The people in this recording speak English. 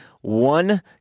one